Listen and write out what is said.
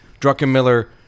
Druckenmiller